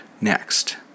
next